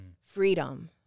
Freedom